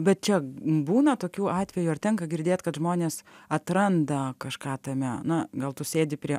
bet čia būna tokių atvejų ar tenka girdėt kad žmonės atranda kažką tame na gal tu sėdi prie